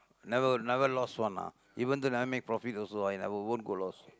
never never lost one ah even though never make profit also ah it won't go lost